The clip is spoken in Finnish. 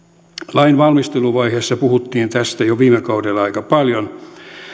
lain valmisteluvaiheessa puhuttiin tästä jo viime kaudella aika paljon